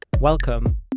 Welcome